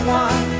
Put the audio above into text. one